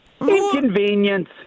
inconvenience